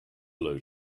low